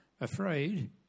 afraid